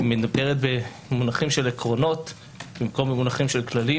היא מדברת במונחים של עקרונות במקום במונחי כללים.